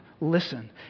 Listen